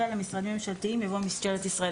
אחרי "למשרדים ממשלתיים וגופים" יבוא "משטרת ישראל".